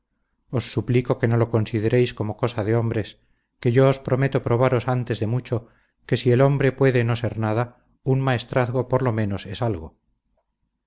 os suplico que no lo consideréis como cosa de hombres que yo os prometo probaros antes de mucho que si el hombre puede no ser nada un maestrazgo por lo menos es algo